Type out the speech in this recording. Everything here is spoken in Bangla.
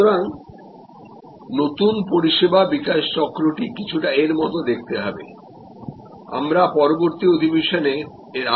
সুতরাং নতুন পরিষেবা বিকাশ চক্রটি কিছুটা এর মতো দেখতে হবে আমরা পরবর্তী অধিবেশনে এর আরও বিশদ বিবরণ জানব